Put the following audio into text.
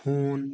ہوٗن